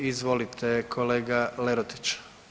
Izvolite kolega Lerotić.